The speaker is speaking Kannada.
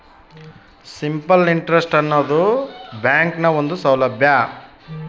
ಸಿಂಪಲ್ ಇಂಟ್ರೆಸ್ಟ್ ಆನದು ಬ್ಯಾಂಕ್ನ ಒಂದು ಸೌಲಬ್ಯಾ